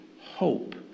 hope